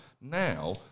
Now